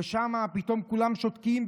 ושם כולם שותקים.